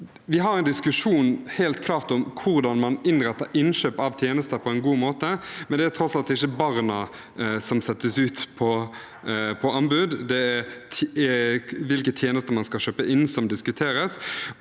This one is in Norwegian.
klart en diskusjon om hvordan man innretter innkjøp av tjenester på en god måte, men det er tross alt ikke barna som settes ut på anbud, det er hvilke tjenester man skal kjøpe inn, som diskuteres.